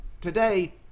today